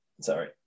sorry